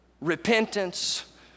repentance